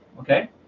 okay